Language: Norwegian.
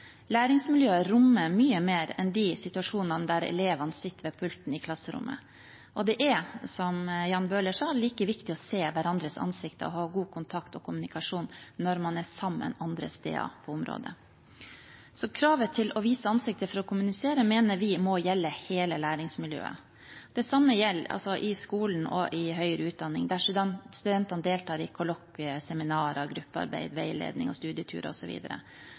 rommer mye mer enn situasjonene der elevene sitter ved pulten i klasserommet. Det er, som Jan Bøhler sa, like viktig å se hverandres ansikt og ha god kontakt og kommunikasjon når man er sammen andre steder på området. Så kravet til å vise ansiktet for å kommunisere mener vi må gjelde hele læringsmiljøet. Det samme gjelder i skolen og i høyere utdanning, der studentene deltar i kollokvier, seminarer, gruppearbeider, veiledning,